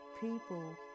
people